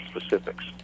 specifics